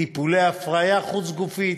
טיפולי הפריה חוץ-גופית,